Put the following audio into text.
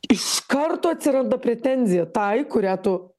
iš karto atsiranda pretenzija tai kurią tu